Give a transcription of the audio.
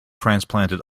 transplanted